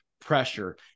pressure